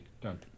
Done